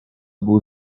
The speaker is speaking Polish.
był